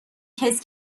کِز